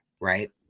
right